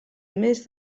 més